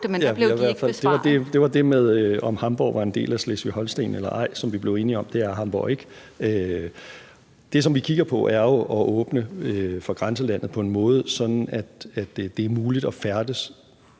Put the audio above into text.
det var det med, om Hamborg er en del af Slesvig-Holsten eller ej, og hvor vi blev enige om, at det er Hamborg ikke. Det, som vi kigger på, er jo at åbne for grænselandet på en måde, sådan at det er muligt at færdes